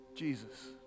Jesus